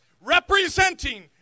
representing